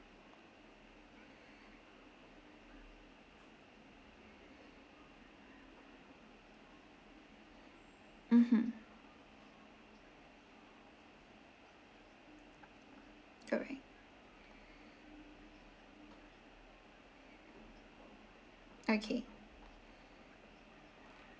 mmhmm alright okay